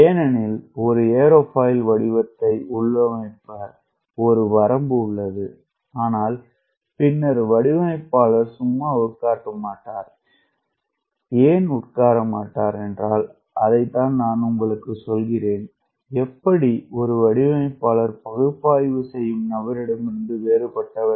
என்னயெனில் ஒரு ஏரோஃபைல் வடிவத்தை உள்ளமைக்க ஒரு வரம்பு உள்ளது ஆனால் பின்னர் வடிவமைப்பாளர் சும்மா உட்கார மாட்டார் அதைத்தான் நான் உங்களுக்கு சொல்கிறேன் எப்படி ஒரு வடிவமைப்பாளர் பகுப்பாய்வு செய்யும் நபரிடமிருந்து வேறுபட்டவர்